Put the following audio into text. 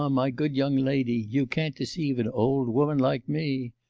um my good young lady, you can't deceive an old woman like me.